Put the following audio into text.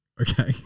okay